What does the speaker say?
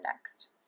next